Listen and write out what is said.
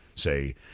say